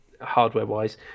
hardware-wise